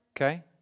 Okay